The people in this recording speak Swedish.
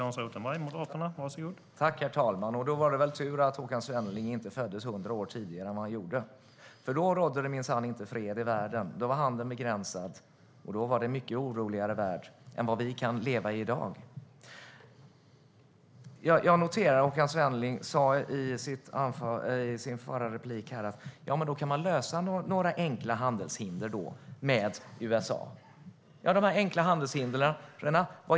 Herr talman! Då var det väl tur att Håkan Svenneling inte föddes hundra år tidigare än vad han gjorde. Då rådde det minsann inte fred i världen. Då var handeln begränsad, och det var en mycket oroligare värld än den som vi i dag lever i. Jag noterar att Håkan Svenneling sa i sin replik att man skulle kunna lösa några enkla handelshinder med USA. Vad är det för enkla handelshinder?